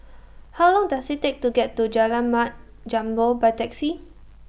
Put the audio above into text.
How Long Does IT Take to get to Jalan Mat Jambol By Taxi